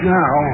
now